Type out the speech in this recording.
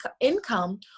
income